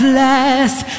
last